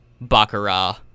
baccarat